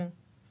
כן.